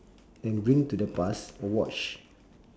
and bring to the past a watch